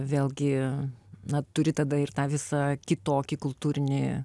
vėlgi na turi tada ir tą visai kitokį kultūrinį